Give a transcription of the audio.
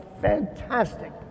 fantastic